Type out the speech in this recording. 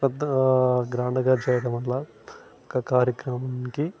పెద్ద గ్రాండ్గా చేయడం వల్ల ఒక కార్యక్రమంకి